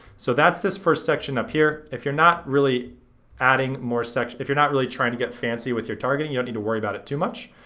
so that's this first section up here. if you're not really adding more, if you're not really trying to get fancy with your targeting, you don't need to worry about it too much.